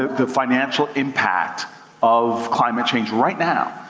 the financial impact of climate change right now.